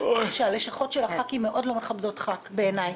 שהלשכות של הח"כים מאוד לא מכבדות ח"כ בעיני.